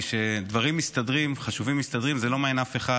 כי כשדברים חשובים מסתדרים זה לא מעניין אף אחד,